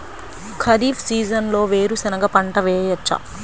ఖరీఫ్ సీజన్లో వేరు శెనగ పంట వేయచ్చా?